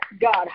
God